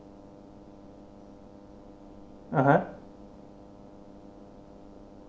(uh huh)